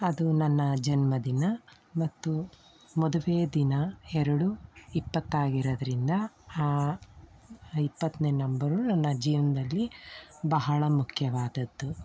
ಅದು ನನ್ನ ಜನ್ಮದಿನ ಮತ್ತು ಮದುವೆಯ ದಿನ ಎರಡೂ ಇಪ್ಪತ್ತಾಗಿರೋದ್ರಿಂದ ಇಪ್ಪತ್ತನೇ ನಂಬರು ನನ್ನ ಜೀವನದಲ್ಲಿ ಬಹಳ ಮುಖ್ಯವಾದದ್ದು